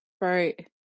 Right